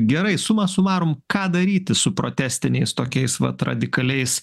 gerai suma sumarum ką daryti su protestiniais tokiais vat radikaliais